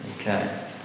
Okay